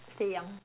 stay young